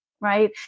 Right